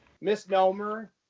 misnomer